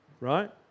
right